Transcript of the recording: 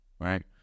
right